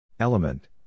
Element